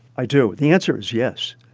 i do. the answer is yes.